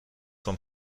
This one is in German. vom